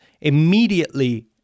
immediately